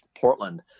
Portland